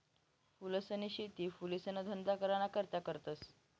फूलसनी शेती फुलेसना धंदा कराना करता करतस